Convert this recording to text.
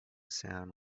sound